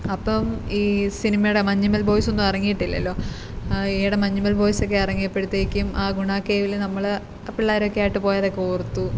അപ്പം ഈ സിനിമയുടെ മഞ്ഞുമ്മൽ ബോയ്സൊന്നും ഈയിടെ മഞ്ഞുമ്മൽ ബോയ്സ്ക്കെ ഇറങ്ങിയപ്പോഴത്തേക്കും ആ ഗുണ കേവിൽ നമ്മൾ ആ പിള്ളേരെക്കൊ ആയിട്ട് പോയതൊക്കെ ഓർത്തു